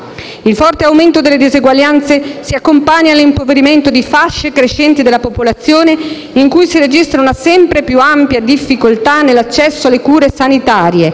Il forte aumento delle disuguaglianze si accompagna all'impoverimento di fasce crescenti della popolazione, in cui si registra una sempre più ampia difficoltà nell'accesso alle cure sanitarie.